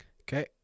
Okay